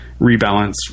rebalance